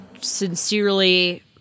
sincerely